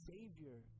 Savior